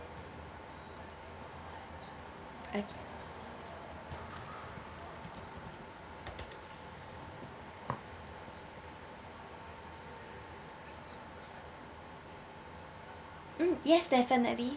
okay mm yes definitely